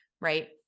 right